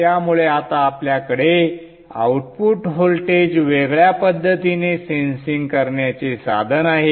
त्यामुळे आता आपल्याकडे आउटपुट व्होल्टेज वेगळ्या पद्धतीने सेन्सिंग करण्याचे साधन आहे